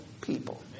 people